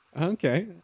Okay